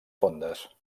fondes